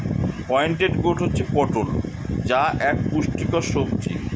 pointed gourd হচ্ছে পটল যা এক পুষ্টিকর সবজি